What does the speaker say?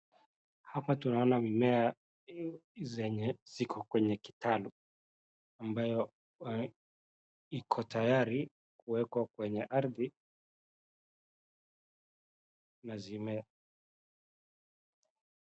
Hapa tunaona mimea zenye ziko kwenye kitanda ambayo ziko tayari kuwekwa kwenye ardhi na zime...